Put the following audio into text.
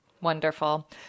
Wonderful